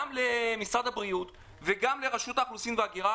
גם למשרד הבריאות וגם לרשות האוכלוסין וההגירה